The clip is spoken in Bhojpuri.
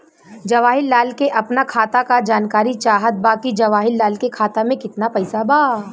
जवाहिर लाल के अपना खाता का जानकारी चाहत बा की जवाहिर लाल के खाता में कितना पैसा बा?